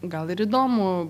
gal ir įdomu